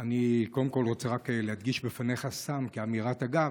קודם כול, אני רוצה להדגיש בפניך סתם כאמירת אגב,